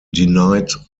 denied